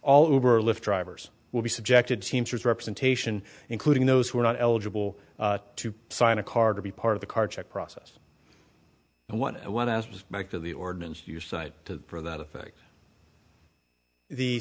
all over lift drivers will be subjected teamsters representation including those who are not eligible to sign a card to be part of the car check process and one and one aspect of the ordinance you cite to that effect the